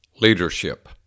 leadership